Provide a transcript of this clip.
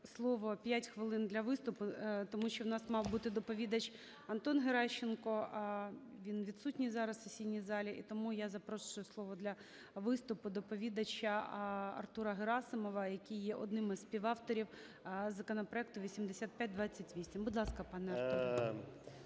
слово, 5 хвилин для виступу, тому що в нас мав бути доповідач Антон Геращенко, а він відсутній зараз в сесійній залі, і тому я запрошую до слова для виступу доповідача Артура Герасимова, який є одним із співавторів законопроекту 8528. Будь ласка, пане Артуре,